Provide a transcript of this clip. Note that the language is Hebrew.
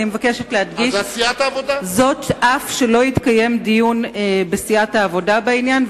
אני מבקשת להדגיש שזאת אף שלא התקיים דיון בסיעת העבודה בעניין,